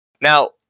Now